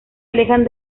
alejan